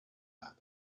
app